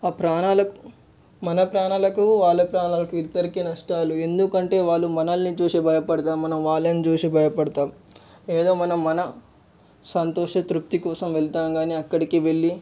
ఆ ప్రాణాలకు మన ప్రాణాలకు వాళ్ళ ప్రాణాలకు ఇద్దరికి నష్టాలు ఎందుకంటే వాళ్ళు మనల్ని చూసి భయపెడతాం మనం వాళ్ళను చూసి భయపడుతాం ఏదో మన మన సంతోష తృపి కోసం వెళతాం కానీ అక్కడికి వెళ్ళి